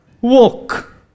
Walk